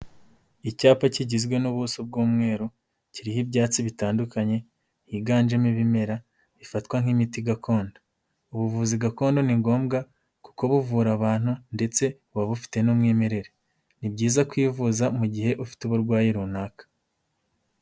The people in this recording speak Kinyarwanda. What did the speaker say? Icyapa kigizwe n'ubuso bw'umweru, kiriho ibyatsi bitandukanye, higanjemo ibimera ifatwa nk'imiti gakondo. Ubuvuzi gakondo ni ngombwa kuko buvura abantu ndetse uba bufite n'umwimerere. Ni byiza kwivuza mu gihe ufite uburwayi runaka.